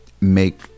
make